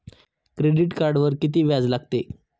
Credit कार्डवर किती व्याज लागते?